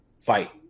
fight